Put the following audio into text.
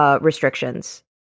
restrictions